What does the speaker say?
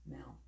Now